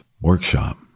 workshop